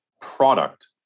product